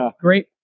Great